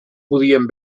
podíem